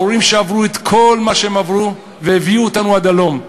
ההורים שעברו את כל מה שהם עברו והביאו אותנו עד הלום,